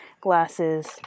Glasses